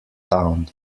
town